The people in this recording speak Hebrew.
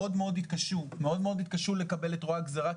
מאוד מאוד התקשו לקבל את רוע הגזירה,